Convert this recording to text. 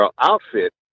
outfit